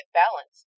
balance